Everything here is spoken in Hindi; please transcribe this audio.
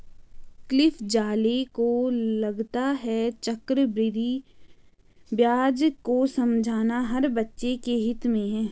क्लिफ ज़ाले को लगता है चक्रवृद्धि ब्याज को समझना हर बच्चे के हित में है